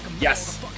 Yes